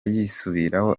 yisubiraho